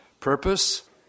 purpose